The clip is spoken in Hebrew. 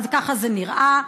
אבל ככה זה נראה.